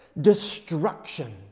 destruction